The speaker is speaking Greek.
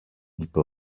είπε